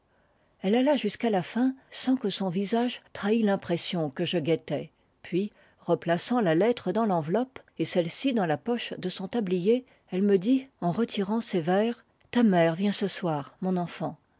elle alla jusqu'à la fin sans que son visage trahît l'impression que je guettais puis replaçant la lettre dans l'enveloppe et celle-ci dans la poche de son tablier elle me dit en retirant ses verres ta mère vient ce soir mon enfant